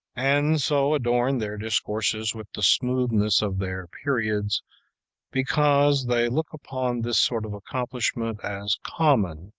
and so adorn their discourses with the smoothness of their periods because they look upon this sort of accomplishment as common,